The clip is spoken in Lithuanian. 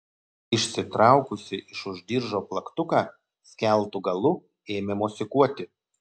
išsitraukusi iš už diržo plaktuką skeltu galu ėmė mosikuoti